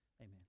Amen